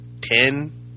ten